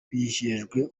bijejwe